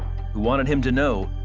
wanted him to know,